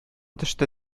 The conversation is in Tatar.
төште